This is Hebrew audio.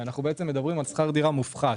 הן בשכר דירה מופחת.